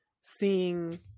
seeing